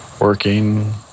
working